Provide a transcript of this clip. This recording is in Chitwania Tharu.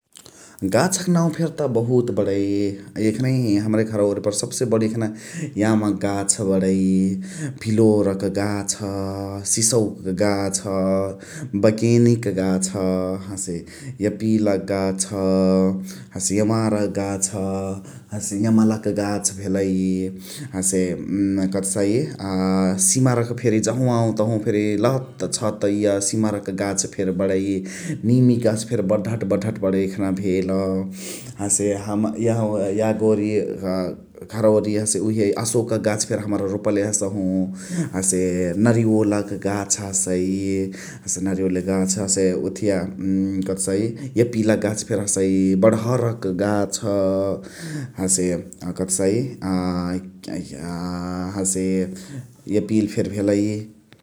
गाछक नाउ फेर त बहुत बणै एखनही हमरे घरवरी पवे सबसे बण्ही एखना यामक गाछ बणै । भिलोरक गाछ, सिसौक गाछ, बकेनिक गाछ हसे एपिलक गाछ । एवारक गाछ, हसे एमलाक गाछ भेलइ । हसे उ कथकहसाइ अ सिमरक फेरी जहव तहवा फेरी लतछत सिमरक गाछ फेरी बणै । निमिक गाछ फेरी बडहत बडहत बणै एखना भेल । हसे यागा ओरि घरवरी हसे उहे अशोकक गाछ फेरी हमरा रोपले हसहु । हसे नारीवलक गाछ हसइ । हसे नारीवलक गाछ हसे ओथिया कथकहसाइ एपिलक कथकहसाइ फेरी हसइ । बणहरक गाछ हसे कथकहसाइ अ हसे एपिल फेरी भेलइ ।